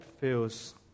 feels